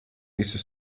visu